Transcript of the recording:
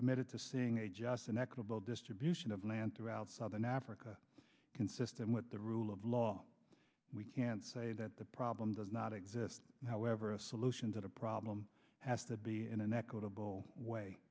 committed to seeing a just and equitable distribution of land throughout southern africa consistent with the rule of law we can't say that the problem does not exist however a solution that a problem has to be in an equitable way